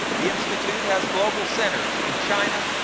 the institute has global centers in china,